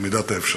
כמידת האפשר,